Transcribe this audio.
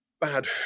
bad